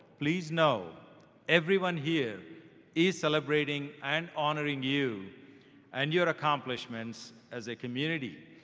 please know everyone here is celebrating and honoring you and your accomplishments as a community.